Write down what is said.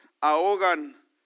ahogan